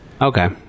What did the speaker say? Okay